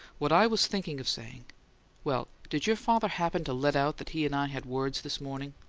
what i was thinking of saying well, did your father happen to let out that he and i had words this morning?